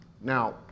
Now